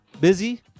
busy